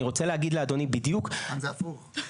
כאן זה הפוך.